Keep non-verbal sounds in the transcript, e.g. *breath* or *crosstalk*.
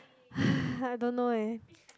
*breath* I don't know eh